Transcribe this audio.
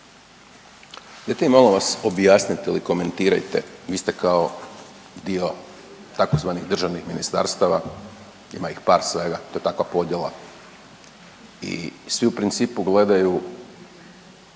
mi molim vas, objasnite ili komentirajte, vi ste kao dio tzv. državnih ministarstava, ima ih par svega, to je takva podjela i svi u principu gledaju